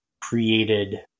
created